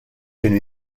kienu